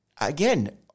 Again